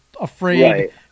afraid